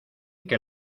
que